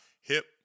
hip